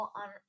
on